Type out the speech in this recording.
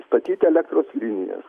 statyt elektros linijas